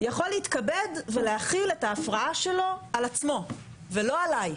יכול להתכבד ולהכיל את ההפרעה שלו על עצמו ולא עליי.